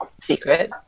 secret